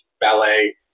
ballet